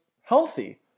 healthy